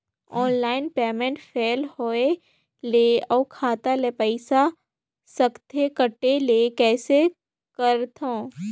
Online payment fail होय ले अउ खाता ले पईसा सकथे कटे ले कइसे करथव?